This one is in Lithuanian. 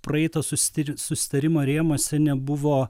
praeito susitar susitarimo rėmuose nebuvo